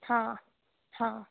हाँ हाँ